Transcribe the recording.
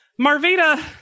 Marvita